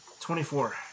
Twenty-four